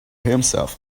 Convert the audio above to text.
himself